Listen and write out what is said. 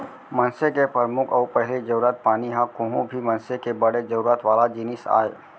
मनसे के परमुख अउ पहिली जरूरत पानी ह कोहूं भी मनसे के बड़े जरूरत वाला जिनिस आय